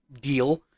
deal